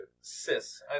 Sis